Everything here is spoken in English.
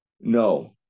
No